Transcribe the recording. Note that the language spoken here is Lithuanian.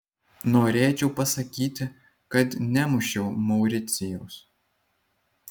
norėčiau pasakyti kad nemušiau mauricijaus